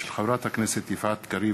תודה.